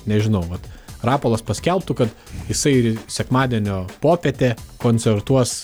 nežinau vat rapolas paskelbtų kad jisai sekmadienio popietę koncertuos